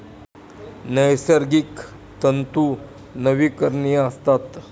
नैसर्गिक तंतू नवीकरणीय असतात